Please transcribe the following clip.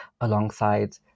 alongside